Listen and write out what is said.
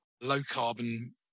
low-carbon